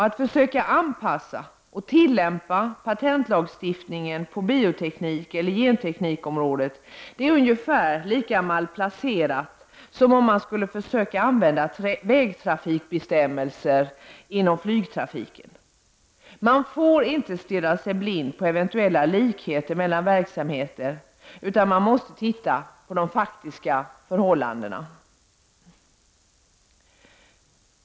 Att försöka anpassa och tillämpa patentlagstiftningen på bioteknikeller genteknikområdet är ungefär lika malplacerat som om man skulle försöka använda vägtrafikbestämmelser inom flygtrafiken. Man får inte stirra sig blind på eventuella likheter mellan verksamheter, utan man måste titta på de faktiska förhållandena.